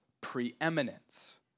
preeminence